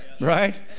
Right